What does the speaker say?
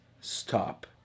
stop